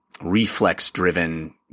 reflex-driven